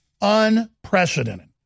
unprecedented